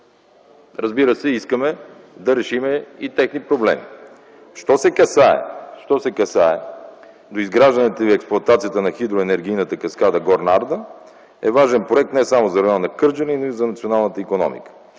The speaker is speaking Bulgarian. разбира се, искаме да решим и техни проблеми. Що се касае до изграждането и експлоатацията на хидроенергийната каскада „Горна Арда” е важен проект не само за район Кърджали, но и за националната икономика.